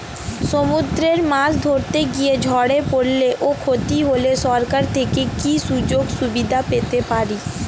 সমুদ্রে মাছ ধরতে গিয়ে ঝড়ে পরলে ও ক্ষতি হলে সরকার থেকে কি সুযোগ সুবিধা পেতে পারি?